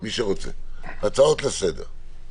מי שרוצה להעלות הצעות לסדר.